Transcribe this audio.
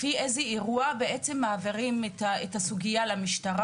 לפי איזה אירוע מעבירים את הסוגיה למשטרה?